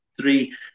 three